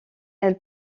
elle